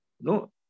No